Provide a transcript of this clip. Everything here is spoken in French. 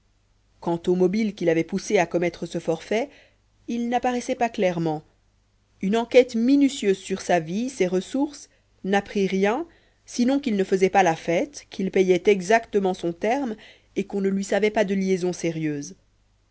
quant au mobile qui l'avait poussé à commettre ce forfait il n'apparaissait pas clairement une enquête minutieuse sur sa vie ses ressources n'apprit rien sinon qu'il ne faisait pas la fête qu'il payait exactement son terme et qu'on ne lui savait pas de liaison sérieuse